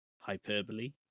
hyperbole